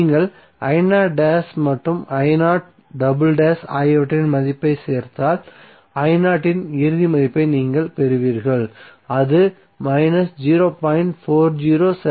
நீங்கள் மற்றும் ஆகியவற்றின் மதிப்பைச் சேர்த்தால் இன் இறுதி மதிப்பை நீங்கள் பெறுவீர்கள் அது 0